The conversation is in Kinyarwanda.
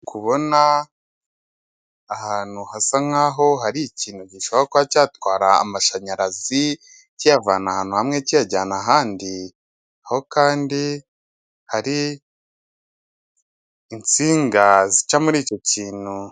Kubona ahantu hasa nk'aho hari ikintu gishobora kuba cyatwara amashanyarazi kiyavana ahantu hamwe kiyajyana ahandi, aho kandi hari insinga zica muri icyo kintu.